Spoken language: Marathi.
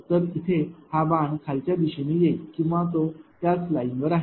तर इथे हा बाण खालच्या दिशेने येईल किंवा तो त्याच लाईनवर आहे